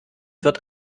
wird